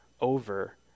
over